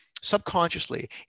subconsciously